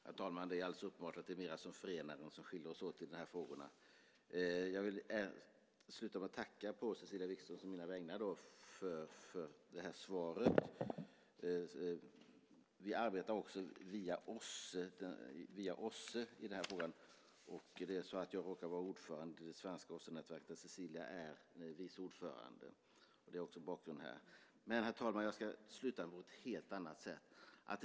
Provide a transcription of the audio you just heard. Herr talman! Det är alldeles uppenbart att det är mer som förenar än som skiljer oss åt i de här frågorna. Jag vill avslutningsvis å Cecilia Wigströms och mina vägnar tacka för svaret. Vi arbetar också via OSSE i den här frågan. Jag råkar vara ordförande i det svenska OSSE-nätverk där Cecilia är vice ordförande. Det är också en bakgrund här. Herr talman! Jag ska sluta på ett helt annat sätt.